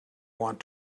want